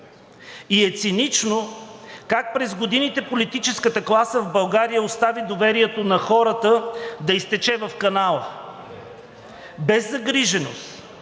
и е цинично как през годините политическата класа в България остави доверието на хората да изтече в канала без загриженост,